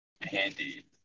Handy